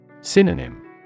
Synonym